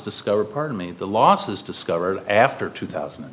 discover pardon me the losses discovered after two thousand